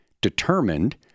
determined